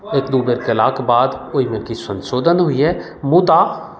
एक दू बेर कयलाके बाद ओहिमे किछु संशोधन होइए मुदा